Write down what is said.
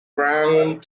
round